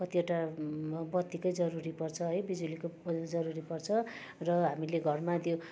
कतिवटा बत्तीकै जरुरी पर्छ है बिजुलीको जरुरी पर्छ र हामीले घरमा त्यो